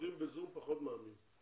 פחות מאמין בלימודים ב-זום.